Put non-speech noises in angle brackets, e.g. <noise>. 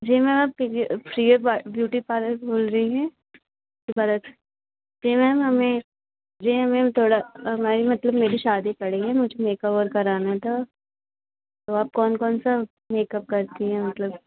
जी ma'am आप Priya beauty parlour बोल रही हैं <unintelligible> जी मैम हमें जी मैम थोड़ा हमारी मतलब मेरी शादी पड़ी है मुझे मेकओवर कराना था तो आप कौन कौन सा मेकअप करती हैं मतलब